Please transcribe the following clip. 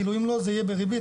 אם לא זה יהיה בריבית.